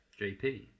JP